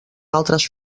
altres